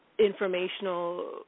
informational